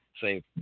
say